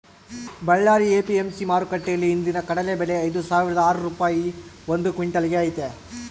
Ballari APMC ಮಾರುಕಟ್ಟೆಯಲ್ಲಿ ಇಂದಿನ ಕಡಲೆ ಬೆಲೆ ಐದುಸಾವಿರದ ಆರು ರೂಪಾಯಿ ಒಂದು ಕ್ವಿನ್ಟಲ್ ಗೆ ಐತೆ